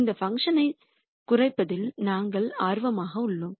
இந்த பங்க்ஷன் ஐக் குறைப்பதில் நாங்கள் ஆர்வமாக உள்ளோம்